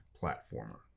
platformer